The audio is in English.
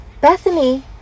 Bethany